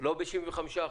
לא ב-75%,